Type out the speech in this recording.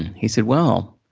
and he said, well,